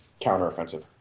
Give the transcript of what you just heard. counteroffensive